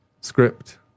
script